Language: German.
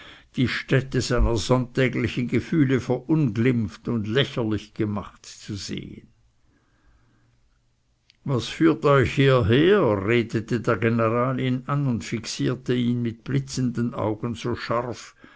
die stätte seiner sonntäglichen gefühle verunglimpft und lächerlich gemacht zu sehen was führt euch hieher redete der general ihn an und fixierte ihn mit blitzenden augen so scharf